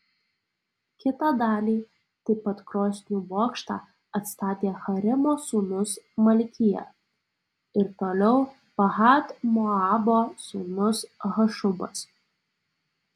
kitą dalį taip pat krosnių bokštą atstatė harimo sūnus malkija ir toliau pahat moabo sūnus hašubas